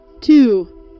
two